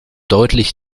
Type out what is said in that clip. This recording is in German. deutlich